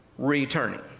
Returning